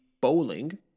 bowling